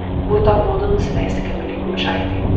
būtų apmaudu nusileisti kamilei gaučaitei